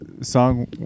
song